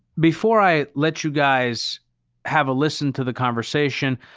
before i let you guys have a listen to the conversation,